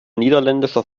niederländischer